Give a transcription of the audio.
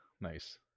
nice